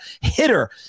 Hitter